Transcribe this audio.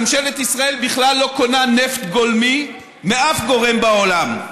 ממשלת ישראל בכלל לא קונה נפט גולמי מאף גורם בעולם.